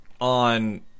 on